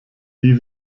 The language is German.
die